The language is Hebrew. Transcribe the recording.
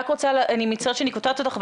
אני מצטערת שאני קוטעת אותך,